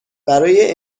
برای